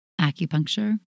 acupuncture